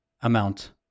amount